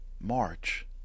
March